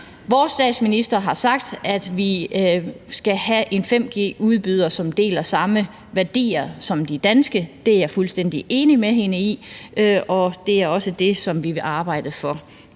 Vores statsminister har sagt, at vi skal have en 5G-udbyder, som deler samme værdier som de danske. Det er jeg fuldstændig enig med hende i, og det er også det, som vi vil arbejde for